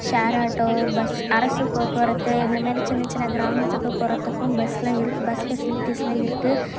share auto bus அரசு போக்குவரத்து இந்தமாரி சின்ன சின்ன கிராமத்துக்கு போகிறதுக்கும் பஸ்லாம் இருக்குது பஸ் ஃபெசிலிட்டிஸ்லாம் இருக்குது